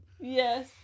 yes